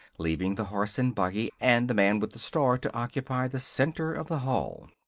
leaving the horse and buggy and the man with the star to occupy the center of the hall.